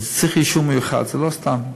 לזה צריך אישור מיוחד, זה לא סתם.